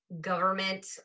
government